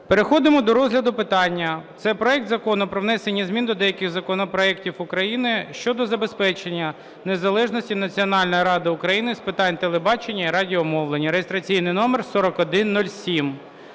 Переходимо до розгляду питання. Це проект Закону про внесення змін до деяких законів України щодо забезпечення незалежності Національної ради України з питань телебачення і радіомовлення (реєстраційний номер 4107).